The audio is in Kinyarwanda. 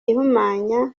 ihumanya